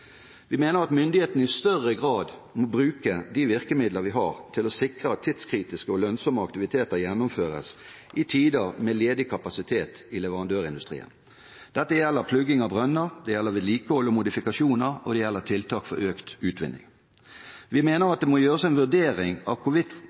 Vi mener at myndighetene i større grad må bruke de virkemidler man har til å sikre at tidskritiske og lønnsomme aktiviteter gjennomføres i tider med ledig kapasitet i leverandørindustrien. Dette gjelder plugging av brønner, det gjelder vedlikehold og modifikasjoner, og det gjelder tiltak for økt utvinning. Vi mener at det må gjøres en vurdering av hvorvidt